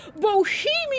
Bohemian